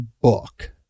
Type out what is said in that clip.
book